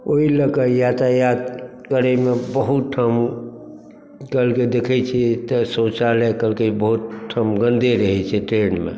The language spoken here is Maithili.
ओहि लऽ कऽ यातायात करै मे बहुत ठाम देखै छियै तऽ शौचालय बहुत ठाम गन्दे रहै छै ट्रेनमे